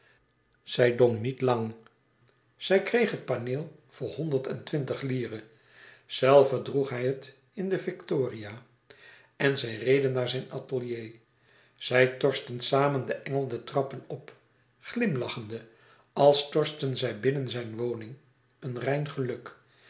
zij dong niet lang zij kreeg het paneel voor honderd-en-twintig lire zelve droeg zij het in de victoria en zij reden naar zijn atelier zij torsten samen den engel de trappen op glimlachende als torsten zij binnen zijn woning een rein geluk